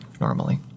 normally